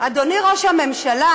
אדוני ראש הממשלה,